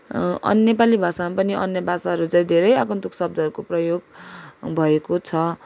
अँ नेपाली भाषामा पनि अरू भाषाहरू झैँ धेरै आगन्तुक शब्दहरूको प्रयोग भएको छ